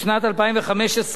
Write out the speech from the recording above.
בשנת 2015,